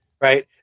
right